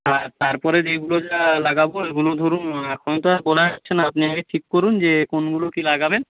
আর তারপরে যেগুলো যা লাগাব ওগুলো ধরুন এখন তো আর বলা যাচ্ছে না আপনি আগে ঠিক করুন যে কোনগুলো কী লাগাবেন